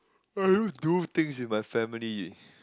I don't do things with my family